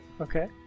Okay